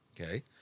okay